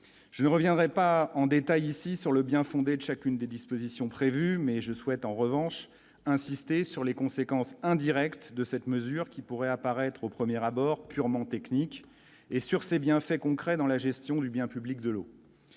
je ne reviendrai pas en détail ici sur le bien-fondé de chacune des dispositions prévues mais je souhaite en revanche insister sur les conséquences indirectes de cette mesure qui pourrait apparaître au premier abord purement technique et sur ses bienfaits concrets dans la gestion du bien public, de l'eau,